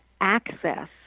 access